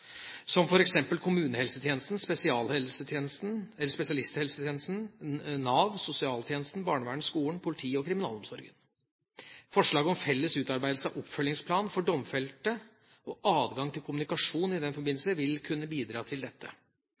som f.eks. kommunehelsetjenesten, spesialisthelsetjenesten, Nav, sosialtjenesten, barnevernet, skolen, politiet og kriminalomsorgen. Forslag om felles utarbeidelse av oppfølgingsplan for domfelte og adgang til kommunikasjon i den forbindelse vil kunne bidra til dette.